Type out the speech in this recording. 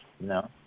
No